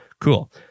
Cool